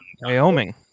Wyoming